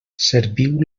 serviu